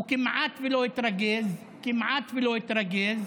הוא כמעט ולא התרגז, כמעט ולא התרגז,